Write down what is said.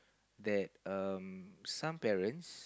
that um some parents